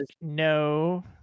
no